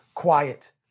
quiet